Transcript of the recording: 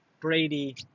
Brady